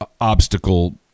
obstacle